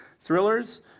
Thrillers